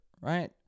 right